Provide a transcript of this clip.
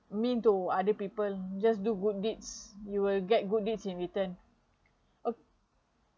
mean to other people just do good deeds you will get good deeds in return